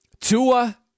Tua